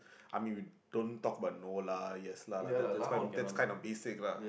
I mean we don't talk about no lah yes lah that's quite that's kinda basic lah